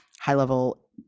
high-level